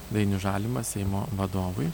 dainius žalimas seimo vadovui